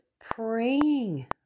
praying